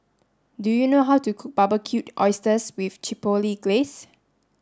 do you know how to cook Barbecued Oysters with Chipotle Glaze